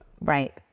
Right